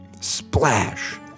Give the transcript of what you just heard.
SPLASH